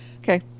Okay